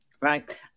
right